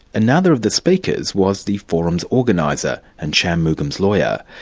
another of the speakers was the forum's organiser and shanmugam's lawyer.